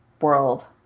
world